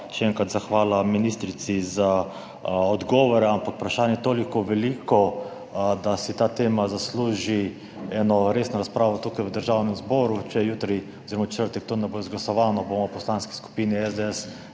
Še enkrat zahvala ministrici za odgovore, ampak vprašanje je tako veliko, da si ta tema zasluži eno resno razpravo tukaj v Državnem zboru. Če jutri oziroma v četrtek to ne bo izglasovano, bomo v Poslanski skupini SDS